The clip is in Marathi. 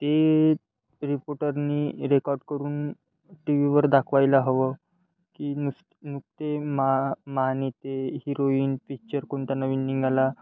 ते रिपोटरनी रेकॉड करून टी वीवर दाखवायला हवं की नुस् नुकते मा महानेते हिरोईन पिच्चर कोणता नवीन निघाला